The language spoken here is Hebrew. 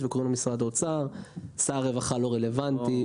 וגם לא נכון להגיד שזה בסמכות שר הרווחה להחליט.